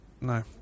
No